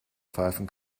pfeifen